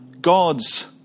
God's